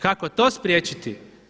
Kako to spriječiti?